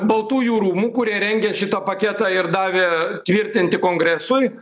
baltųjų rūmų kurie rengė šitą paketą ir davė tvirtinti kongresui